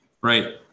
right